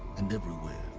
and everywhere.